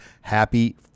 happy